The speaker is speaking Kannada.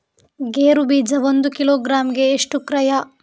ಗೇರು ಬೀಜ ಒಂದು ಕಿಲೋಗ್ರಾಂ ಗೆ ಎಷ್ಟು ಕ್ರಯ?